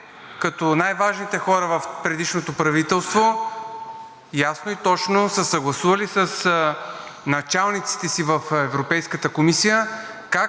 като най-важните хора в предишното правителство, ясно и точно са съгласували с началниците си в Европейската комисия